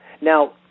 Now